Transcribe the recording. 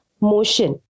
motion